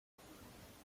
意味着